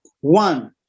One